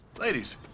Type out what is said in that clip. Ladies